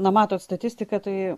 na matot statistika tai